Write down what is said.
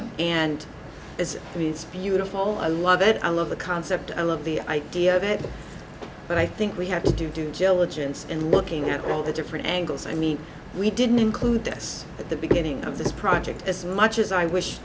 and is i mean it's beautiful i love it i love the concept i love the idea of it but i think we have to do due diligence and looking at all the different angles i mean we didn't include this at the beginning of this project as much as i wish